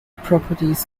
properties